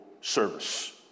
service